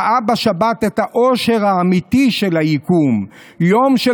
ראה בשבת את האושר האמיתי של היקום: יום של